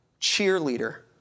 cheerleader